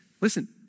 Listen